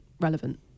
relevant